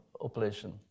operation